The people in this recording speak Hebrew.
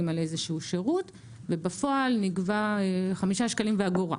על איזה שהוא שירות ובפועל נגבה חמישה שקלים ואגורה,